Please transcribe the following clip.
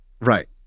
Right